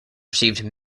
received